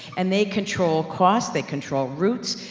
and they control cost. they control routes.